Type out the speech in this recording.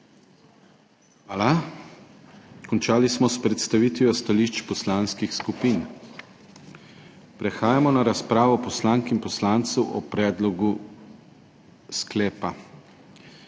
Hvala. Končali smo s predstavitvijo stališč poslanskih skupin. Prehajamo na razpravo poslank in poslancev o predlogu sklepa.